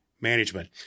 management